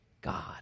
God